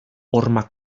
horma